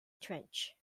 trench